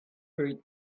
hurried